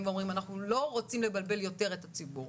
ואומרים אנחנו לא רוצים לבלבל יותר את הציבור,